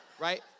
right